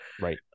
Right